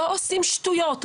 לא עושים שטויות,